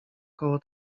koło